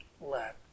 let